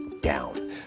down